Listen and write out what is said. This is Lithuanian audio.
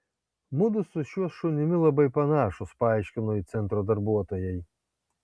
mudu su šiuo šunimi labai panašūs paaiškino ji centro darbuotojai